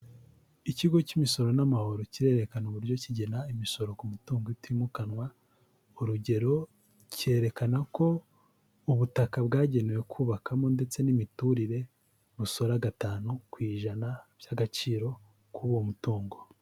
Ikigo cy'imisoro n'amahoro kirerekana uburyo kigena imisoro ku mutungo itimukanwa, urugero cyerekana ko ubutaka bwagenewe kubakamo ndetse n'imiturire busora gatanu ku ijana by'agaciro k'uwo mutungo.